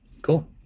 cool